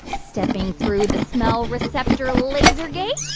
ah stepping through the smell receptor laser gate